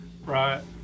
Right